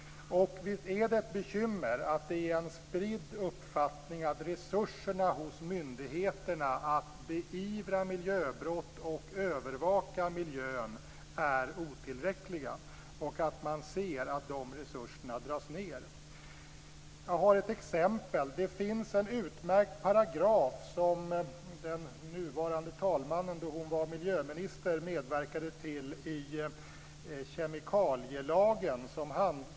Visst är det ett bekymmer att det är en spridd uppfattning att myndigheternas resurser att beivra miljöbrott och övervaka miljön är otillräckliga och att man ser att dessa resurser dras ned? Jag har ett exempel. Det finns en utmärkt paragraf i kemikalielagen, som den nuvarande talmannen medverkade till då hon var miljöminister.